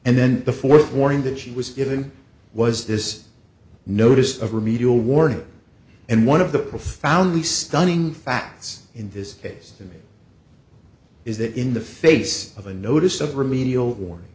and then the fourth warning that she was given was this notice of remedial warning and one of the profoundly stunning facts in this case to me is that in the face of a notice of remedial warning